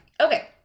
Okay